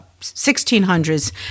1600s